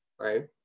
right